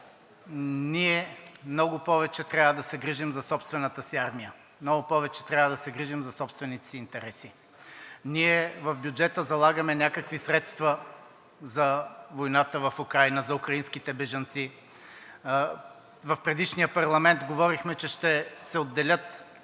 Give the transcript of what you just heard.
ние много повече трябва да се грижим за собствената си армия, много повече трябва да се грижим за собствените си интереси. Ние в бюджета залагаме някакви средства за войната в Украйна, за украинските бежанци. В предишния парламент говорихме, че ще се отделят